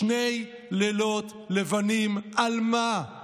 שני לילות לבנים, על מה?